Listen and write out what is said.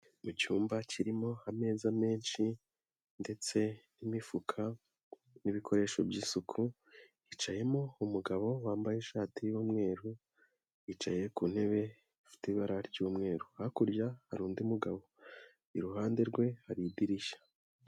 Mu cyumba kirimo ameza menshi ndetse n'imifuka n'ibikoresho by'isuku, hicayemo umugabo wambaye ishati y'umweru, yicaye ku ntebe ifite ibara ry'umweru, hakurya hari undi mugabo, iruhande rwe hari idirishya.